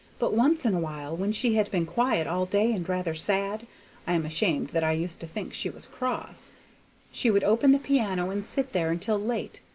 but once in a while when she had been quiet all day and rather sad i am ashamed that i used to think she was cross she would open the piano and sit there until late,